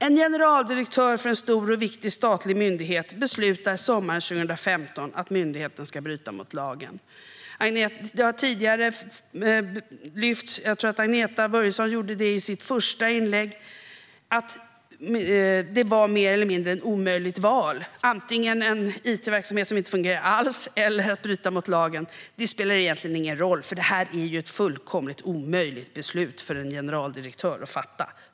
En generaldirektör för en stor och viktig statlig myndighet beslutar sommaren 2015 att myndigheten ska bryta mot lagen. Det har tidigare lyfts fram - jag tror att Agneta Börjesson gjorde det i sitt första inlägg - att det var ett mer eller mindre omöjligt val: antingen en it-verksamhet som inte fungerar alls eller att bryta mot lagen. Det spelar egentligen ingen roll, för det är ju ett fullkomligt omöjligt beslut för en generaldirektör att fatta.